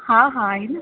हा हा आहे न